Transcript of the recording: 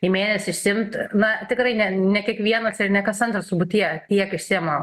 į mėnesį išsiimt na tikrai ne ne kiekvienas ir ne kas antras turbūt tie tiek išsiema